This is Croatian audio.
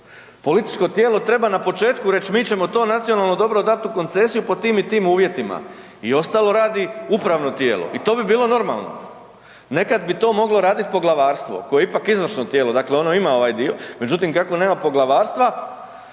Političko tijelo treba na početku reć mi ćemo to nacionalno dobro dat u koncesiju pod tim i tim uvjetima i ostalo radi upravno tijelo i to bi bilo normalno. Nekad bi to moglo radit poglavarstvo koje je ipak izvrsno tijelo, dakle ono ima ovaj dio. Međutim kako nema poglavarstva